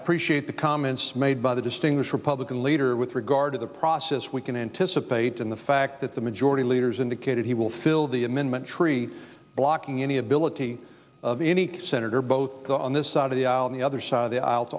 appreciate the comments made by the distinguished republican leader with regard to the process we can anticipate and the fact that the majority leader's indicated he will fill the amendment tree blocking any ability of any senator both on this side of the aisle the other side of the aisle